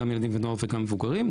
גם של ילדים ונוער וגם של מבוגרים,